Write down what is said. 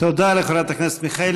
תודה לחברת הכנסת מיכאלי.